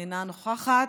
אינה נוכחת,